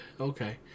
okay